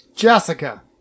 Jessica